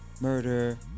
murder